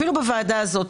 אפילו בוועדה הזאת,